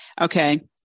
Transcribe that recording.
Okay